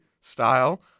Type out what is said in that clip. style